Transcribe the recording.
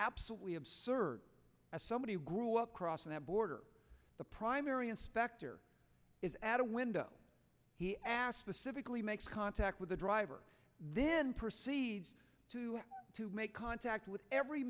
absolutely absurd as somebody who grew up crossing the border the primary inspector is add a window he asked specifically makes contact with the driver then proceed to make contact with every